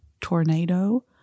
tornado